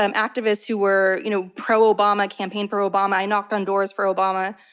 um activists who were, you know, pro-obama, campaigned for obama, i knocked on doors for obama.